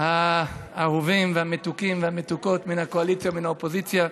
האהובים והמתוקים והמתוקות מן הקואליציה ומן האופוזיציה,